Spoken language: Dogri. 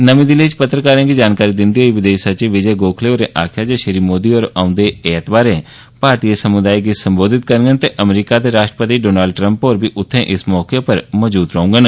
नर्मी दिल्ली च पत्रकारें गी जानकारी दिंदे होई विदेश सचिव विजय गोखले होरें आखेआ ऐ जे श्री मोदी होर औंदे ऐतवारें भारती समुदाय गी संबोधित करडन ते अमरीका दे राष्ट्रपति डोनाल्ड ट्रम्प होर बी उत्थे मौजूद रौहडन